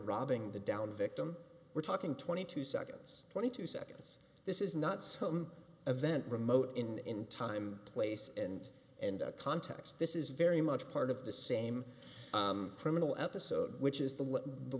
robbing the down victim we're talking twenty two seconds twenty two seconds this is not some event remote in time place and and a context this is very much part of the same criminal episode which is the the